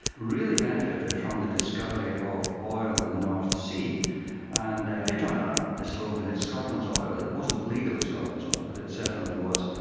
really benefited from the discovery of oil in the north sea and hit on ah the slogan it's scotland's oil. it wasn't legally scotland's oil but it certainly was,